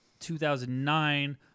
2009